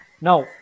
Now